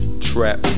Trap